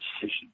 decision